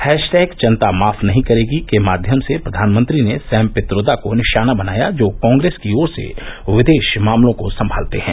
hashtag जनता माफ नहीं करेगी के माध्यम से प्रधानमंत्री ने सैम पित्रोदा को निशाना बनाया जो कांग्रेस की ओर से विदेश मामलों को संभालते है